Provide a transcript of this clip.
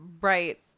Right